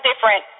different